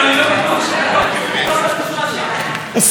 התשע"ח 2018,